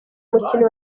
umukino